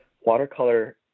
watercolor